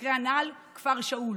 במקרה הנ"ל כפר שאול,